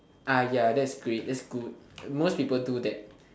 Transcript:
ya that's great that's good most people do that